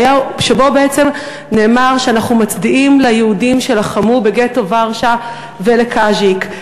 שבו בעצם נאמר: אנחנו מצדיעים ליהודים שלחמו בגטו ורשה ולקאז'יק.